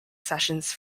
sessions